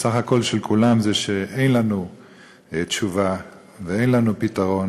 הסך הכול של כולם הוא שאין לנו תשובה ואין לנו פתרון